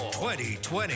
2020